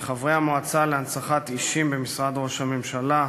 חברי המועצה להנצחת אישים במשרד ראש הממשלה,